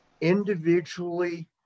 individually